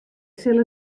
sil